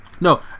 No